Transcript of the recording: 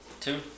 Two